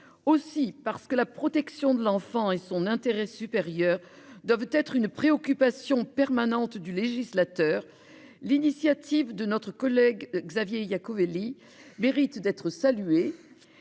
aussi parce que la protection de l'enfant et son intérêt supérieur doivent être une préoccupation permanente du législateur. L'initiative de notre collègue Xavier Iacovelli mérite d'être salué.